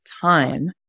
time